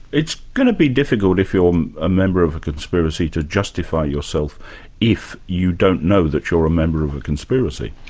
it's going to be difficult if you're a member of a conspiracy to justify yourself if you don't know that you're a member of a conspiracy.